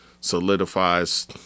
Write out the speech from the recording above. solidifies